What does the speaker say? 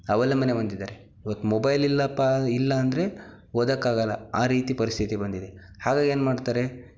ಅವಲಂಬನೆ ಹೊಂದಿದ್ದಾರೆ ಇವತ್ತು ಮೊಬೈಲ್ ಇಲ್ಲಪ್ಪ ಇಲ್ಲ ಅಂದರೆ ಓದೋಕ್ಕಾಗಲ್ಲ ಆ ರೀತಿ ಪರಿಸ್ಥಿತಿ ಬಂದಿದೆ ಹಾಗಾಗಿ ಏನು ಮಾಡ್ತಾರೆ